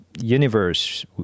universe